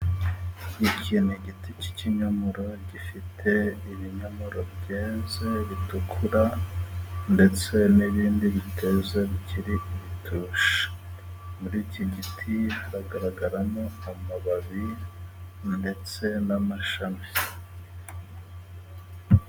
Iki ni igiti cy'ikinyomoro gifite ibinyomoro byeze bitukura, ndetse n'ibindi biteze bikiri ibitoshye. Muri iki giti hagaragaramo amababi ndetse n'amashami.